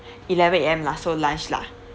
eleven A_M lah so lunch lah